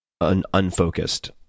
unfocused